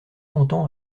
longtemps